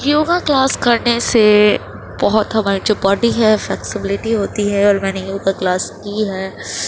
yoga class کرنے سے بہت ہماری جو باڈی ہے فلکسبلٹی ہوتی ہے اور میں نے یوگا کلاس کی ہے